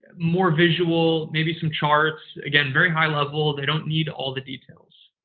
more visual, maybe some charts. again, very high level. they don't need all the details.